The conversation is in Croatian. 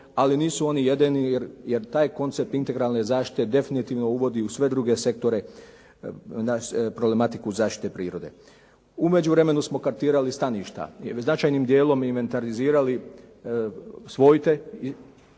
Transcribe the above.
ali nisu oni jedini, jer taj koncept integralne zaštite definitivno uvodi u sve druge sektore problematiku zaštite prirode. U međuvremenu smo kartirali staništa. Jednim značajnim djelom inventarnizirali svojte,